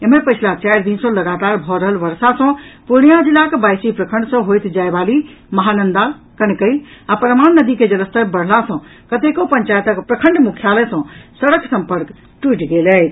एम्हर पछिला चारि दिन सॅ लगातार भऽ रहल वर्षा सॅ पूर्णियां जिलाक बायसी प्रखंड सॅ होइत जाय वाली महानंदा कनकई आ परमान नदी के जलस्तर बढ़ला सॅ कतेको पंचायतक प्रखंड मुख्यालय सॅ सड़क सम्पर्क टूटि गेल अछि